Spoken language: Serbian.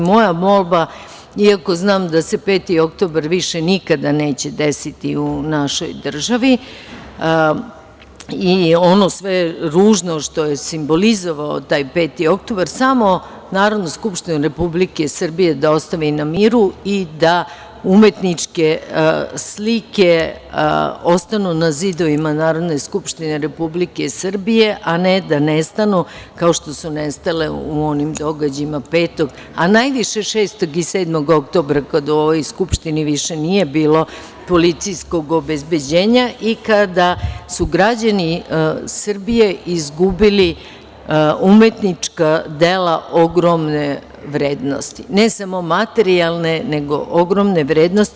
Moja molba, iako znam da se 5. oktobar više nikada neće desiti u našoj državi, i ono sve ružno što je simbolizovao taj 5. oktobar, samo Narodnu skupštinu Republike Srbije da ostavi na miru i da umetničke slike ostanu na zidovima Narodne skupštine Republike Srbije, a ne da nestanu kao što su nestale u onim događajima 5. a najviše 6. i 7. oktobra kada u ovoj Skupštini više nije bilo policijskog obezbeđenja i kada su građani Srbije izgubili umetnička dela ogromne vrednosti, ne samo materijalne nego ogromne vrednosti.